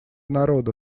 народа